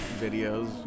videos